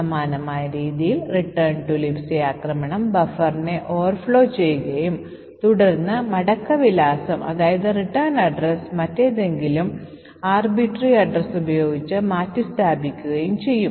സമാനമായ രീതിയൽ return to lib ആക്രമണം ബഫറിനെ Overflow ചെയ്യുകയും തുടർന്ന് മടക്ക വിലാസം മറ്റേതെങ്കിലും അനിയന്ത്രിതമായ വിലാസം ഉപയോഗിച്ച് മാറ്റിസ്ഥാപിക്കുകയും ചെയ്യും